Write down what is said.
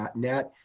net.